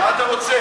מה אתה רוצה?